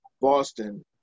Boston